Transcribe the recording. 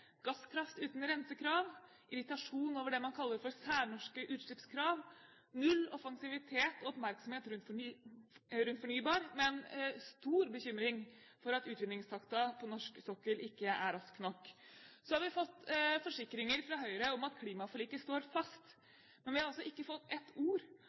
gasskraft uten rensekrav, irritasjon over det man kaller for særnorske utslippskrav, null offensivitet og oppmerksomhet rundt fornybar, men stor bekymring for at utvinningstakten på norsk sokkel ikke er rask nok. Så har vi fått forsikringer fra Høyre om at klimaforliket står fast. Men vi har ikke fått ett ord